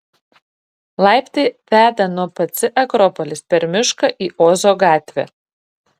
laiptai veda nuo pc akropolis per mišką į ozo gatvę